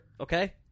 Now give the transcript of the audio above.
Okay